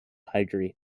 hydrate